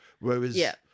whereas